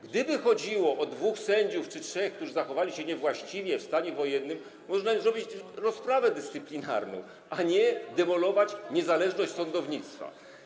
Gdyby chodziło o dwóch sędziów czy trzech, którzy zachowali się niewłaściwie w stanie wojennym, można by im zrobić rozprawę dyscyplinarną, a nie demolować niezależność sądownictwa.